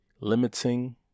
limiting